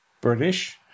British